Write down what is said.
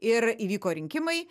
ir įvyko rinkimai